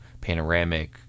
panoramic